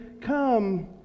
come